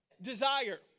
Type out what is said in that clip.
desire